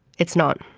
it's not.